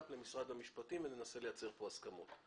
פנים למשרד המשפטים וננסה לייצר כאן הסכמות.